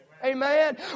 Amen